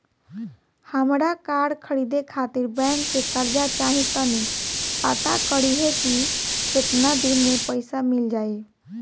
हामरा कार खरीदे खातिर बैंक से कर्जा चाही तनी पाता करिहे की केतना दिन में पईसा मिल जाइ